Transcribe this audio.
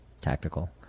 tactical